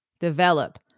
develop